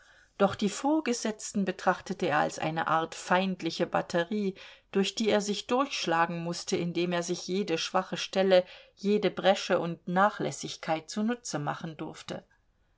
doch die vorgesetzten betrachtete er als eine art feindliche batterie durch die er sich durchschlagen mußte indem er sich jede schwache stelle jede bresche und nachlässigkeit zunutze machen durfte